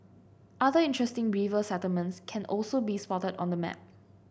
other interesting river settlements can also be spotted on the map